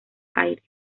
aires